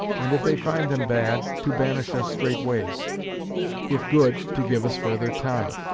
and if they find them bad, to banish us straightways if good, to give us further time.